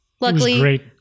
luckily